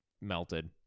melted